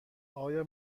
آیا